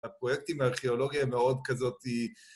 ‫הפרויקטים הארכיאולוגיים ‫המאוד כזאת היו...